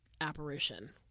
apparition